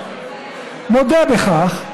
מודה בכך,